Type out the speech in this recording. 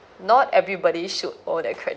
not everybody should own a credit